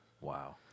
Wow